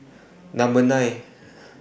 Number nine